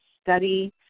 study